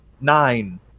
nine